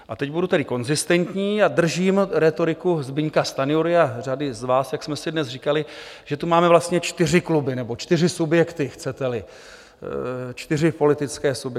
A teď budu tedy konzistentní a držím rétoriku Zbyňka Stanjury a řady z vás, jak jsme si dnes říkali, že tu máme vlastně čtyři kluby nebo čtyři subjekty, chceteli, čtyři politické subjekty.